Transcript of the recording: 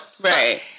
Right